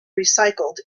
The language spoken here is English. recycled